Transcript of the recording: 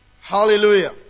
Hallelujah